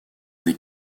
des